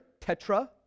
Tetra